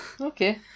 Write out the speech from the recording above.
Okay